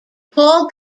paul